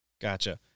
Gotcha